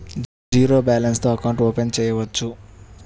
Zero balance తో account open చేయవచ్చు?